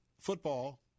football